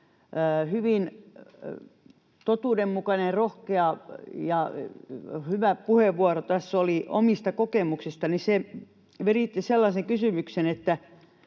hyvin totuudenmukainen, rohkea ja hyvä puheenvuoro, jossa oli omista kokemuksista, viritti tällaisen kysymyksen: